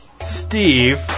Steve